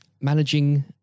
managing